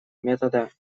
метода